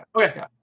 okay